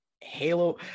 Halo